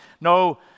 no